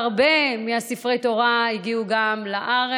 הרבה מספרי התורה הגיעו גם לארץ,